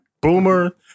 Boomer